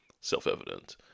self-evident